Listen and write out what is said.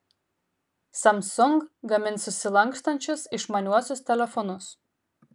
samsung gamins susilankstančius išmaniuosius telefonus